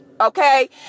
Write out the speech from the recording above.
Okay